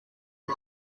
est